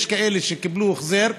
יש כאלה שקיבלו החזר,